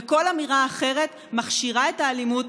וכל אמירה אחרת מכשירה את האלימות,